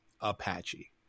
Apache